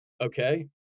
okay